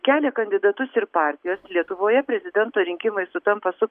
kelia kandidatus ir partijos lietuvoje prezidento rinkimai sutampa su